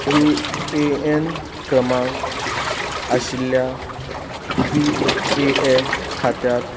U A N क्रमांक आशिल्ल्या P A F खात्या